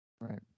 Right